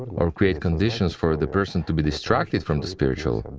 or create conditions for the person to be distracted from the spiritual,